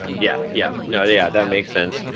yeah, yep. no, yeah. that makes sense.